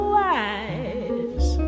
wise